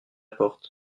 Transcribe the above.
porte